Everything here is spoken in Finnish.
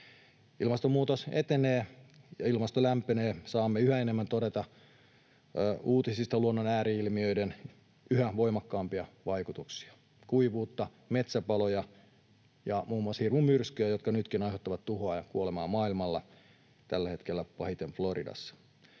Ilmastonmuutos etenee ja ilmasto lämpenee. Saamme yhä enemmän todeta uutisista luonnon ääri-ilmiöiden yhä voimakkaampia vaikutuksia: kuivuutta, metsäpaloja ja muun muassa hirmumyrskyjä, jotka nytkin aiheuttavat tuhoa ja kuolemaa maailmalla, tällä hetkellä pahiten Floridassa.